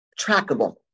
trackable